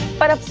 but